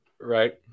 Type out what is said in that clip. Right